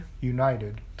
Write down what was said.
United